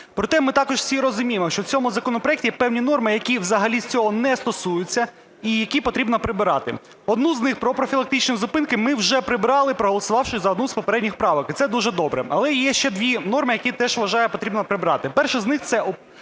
Проте ми також усі розуміємо, що в цьому законопроекті є певні норми, які взагалі цього не стосуються і які потрібно прибирати. Одну з них - про профілактичні зупинки - ми вже прибрали, проголосувавши за одну з попередніх правок, і це дуже добре. Але є ще дві норми, які теж, вважаю, потрібно прибрати. Перша з них – це